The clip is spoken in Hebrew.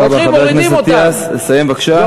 חבר הכנסת אטיאס, לסיים בבקשה, עכשיו.